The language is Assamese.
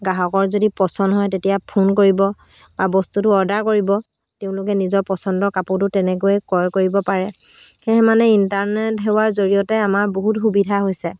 গ্ৰাহকৰ যদি পচন্দ হয় তেতিয়া ফোন কৰিব বা বস্তুটো অৰ্ডাৰ কৰিব তেওঁলোকে নিজৰ পচন্দৰ কাপোৰটো তেনেকৈয়ে ক্ৰয় কৰিব পাৰে সেয়ে মানে ইণ্টাৰনেট সেৱাৰ জৰিয়তে আমাৰ বহুত সুবিধা হৈছে